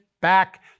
back